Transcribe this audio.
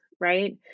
Right